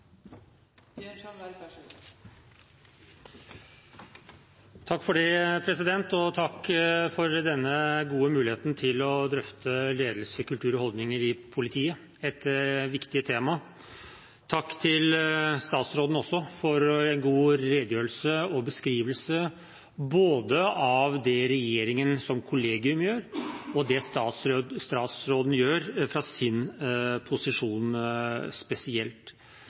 for denne gode muligheten til å drøfte ledelse, kultur og holdninger i politiet – et viktig tema. Takk også til statsråden for en god redegjørelse og beskrivelse både av det regjeringen som kollegium gjør, og av det statsråden gjør fra sin posisjon spesielt.